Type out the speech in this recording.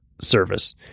service